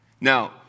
Now